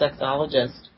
sexologist